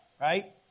right